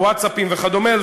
הווטסאפ וכדומה,